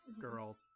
Girl